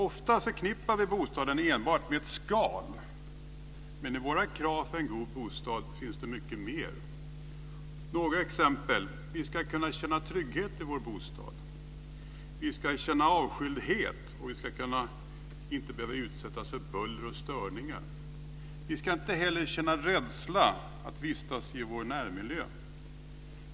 Ofta förknippar vi bostaden enbart med ett skal, men i våra krav för en god bostad finns det mycket mer. Jag ska ta några exempel. Vi ska kunna känna trygghet i vår bostad. Vi ska kunna känna avskildhet och inte behöva utsättas för buller och störningar. Vi ska inte heller känna rädsla för att vistas i vår närmiljö.